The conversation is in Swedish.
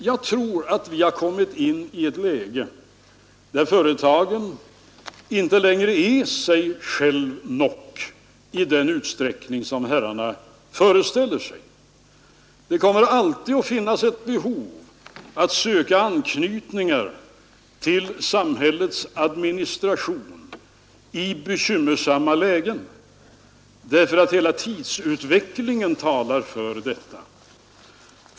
Jag tror att vi har kommit in i ett läge där ett företag inte längre är sig selv nok i den utsträckning som herrarna föreställer sig. Det kommer alltid att finnas behov av att söka anknytning till samhällets administration i bekymmersamma lägen, därför att hela tidsutvecklingen talar för detta.